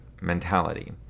mentality